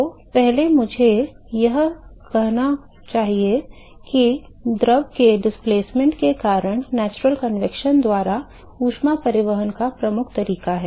तो पहले मुझे यह कहना चाहिए कि द्रव के विस्थापन के कारण प्राकृतिक संवहन द्वारा ऊष्मा परिवहन का प्रमुख तरीका है